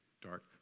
dark